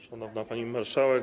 Szanowna Pani Marszałek!